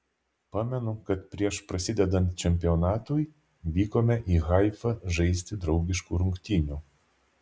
pamenu kad prieš prasidedant čempionatui vykome į haifą žaisti draugiškų rungtynių